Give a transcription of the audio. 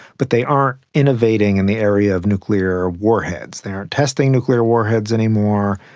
but they aren't innovating in the area of nuclear warheads. they aren't testing nuclear warheads anymore,